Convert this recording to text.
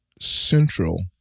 central